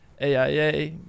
AIA